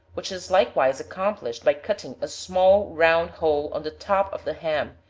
which is likewise accomplished by cutting a small round hole on the top of the ham,